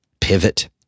pivot